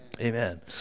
Amen